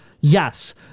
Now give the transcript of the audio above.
yes